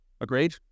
Agreed